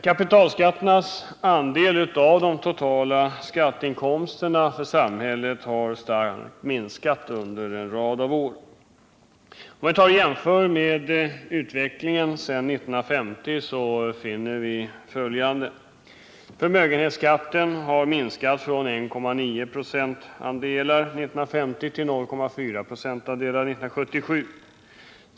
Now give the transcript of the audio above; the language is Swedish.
Kapitalskatternas andel av de totala skatteinkomsterna för samhället har starkt minskat under en rad av år. Om vi jämför med utvecklingen sedan 1950 finner vi följande: Förmögenhetsskatten har minskat från 1,9 procentandelar 1950 till 0,4 procentandelar 1977.